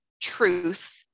truth